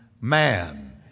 man